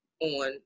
on